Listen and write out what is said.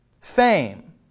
fame